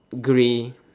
gray